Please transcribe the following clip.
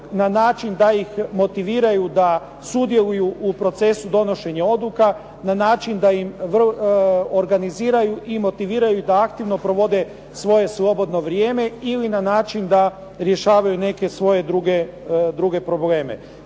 na način da ih motiviraju da sudjeluju u procesu donošenja odluka na način da im organiziraju, motiviraju i da aktivno provode svoje slobodno vrijeme ili na način da rješavaju neke svoje druge probleme.